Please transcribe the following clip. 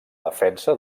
defensa